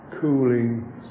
cooling